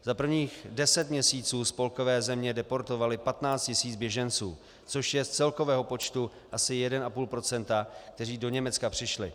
Za prvních deset měsíců spolkové země deportovaly 15 tisíc běženců, což je z celkového počtu asi 1,5 %, kteří do Německa přišli.